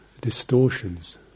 Distortions